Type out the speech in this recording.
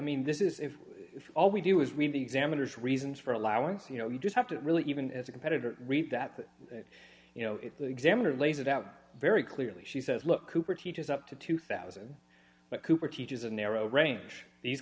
mean this is all we do is read the examiners reasons for allowing you know you just have to really even as a competitor read that you know it's the examiner lays it out very clearly she says look cooper teaches up to two thousand but cooper teaches a narrow range these